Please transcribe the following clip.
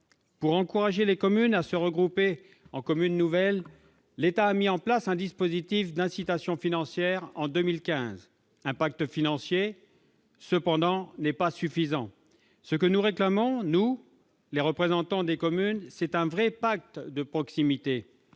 d'encourager les communes à se regrouper en communes nouvelles, l'État a mis en place un dispositif d'incitation financière en 2015. Un pacte financier n'est cependant pas suffisant. Ce que nous réclamons, nous, les représentants des communes, c'est un vrai pacte de proximité